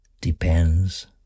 depends